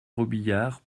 robiliard